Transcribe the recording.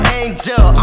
angel